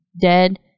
dead